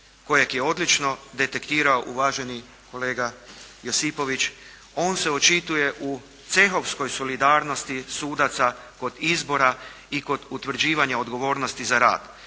kojeg je odlično detektirao uvaženi kolega Josipović. On se očituje u cehovskoj solidarnosti sudaca kod izbora i kod utvrđivanja odgovornosti za rad,